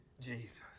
Jesus